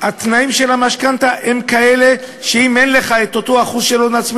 התנאים של המשכנתה הם כאלה שאם אין לך את אותו אחוז של הון עצמי,